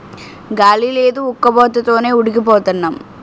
గాలి లేదు ఉక్కబోత తోనే ఉడికి పోతన్నాం